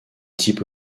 type